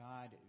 God